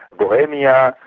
bohemia,